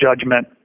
judgment